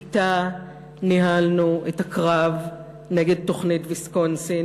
אִתה ניהלנו את הקרב נגד תוכנית ויסקונסין,